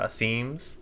themes